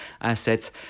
assets